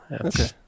Okay